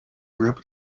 group